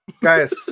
Guys